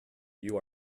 you